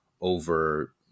over